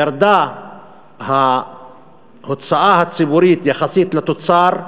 ירדה ההוצאה הציבורית יחסית לתוצר בכ-10%,